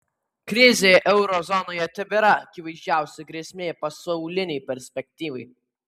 krizė euro zonoje tebėra akivaizdžiausia grėsmė pasaulinei perspektyvai